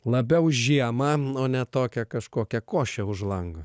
labiau žiemą o ne tokią kažkokią košę už lango